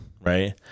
right